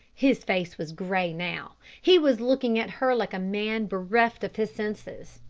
his face was grey now. he was looking at her like a man bereft of his senses.